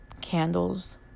candles